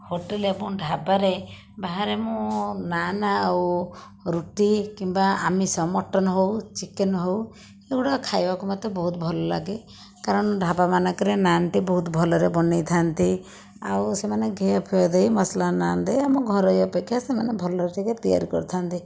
hotel ଏବଂ ଢାବା ରେ ବାହାରେ ମୁଁ ନାନ୍ ଆଉ ରୁଟି କିମ୍ବା ଆମିଷ ମଟନ୍ ହଉ ଚିକେନ୍ ହଉ ଏଗୁଡ଼ା ଖାଇବାକୁ ମୋତେ ବହୁତ ଭଲ ଲାଗେ କାରଣ ଢାବା ମାନଙ୍କର ନାନ୍ଟି ବହୁତ ଭଲ ରେ ବନାଇ ଥାନ୍ତି ଆଉ ସେମାନେ ଘିଅ ଫିଅ ଦେଇ ମସଲା ନାନ୍ ଦେଇ ଆମ ଘରୋଇ ଅପେକ୍ଷା ସେମାନେ ଭଲରେ ଟିକେ ତିଆରି କରିଥାନ୍ତି